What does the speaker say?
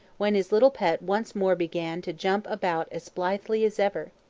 when his little pet once more began to jump about as blithely as ever.